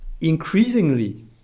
increasingly